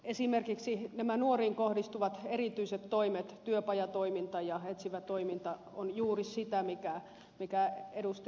esimerkiksi nämä nuoriin kohdistuvat erityiset toimet työpajatoiminta ja etsivä toiminta ovat juuri sitä mikä ed